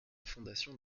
fondation